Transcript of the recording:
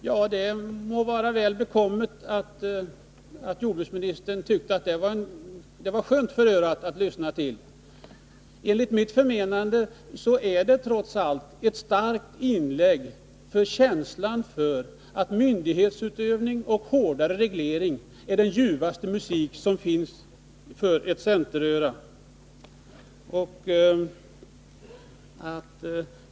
Ja, det må vara väl bekommet att jordbruksministern tyckte att det var skönt för örat att lyssna till. Enligt mitt förmenande är det trots allt ett starkt inlägg för att myndighetsutövning och hårdare reglering är den ljuvaste musik som finns för ett centeröra.